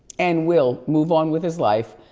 and will move on with his life.